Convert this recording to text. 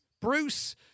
Bruce